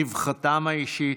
רווחתם האישית,